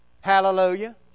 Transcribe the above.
Hallelujah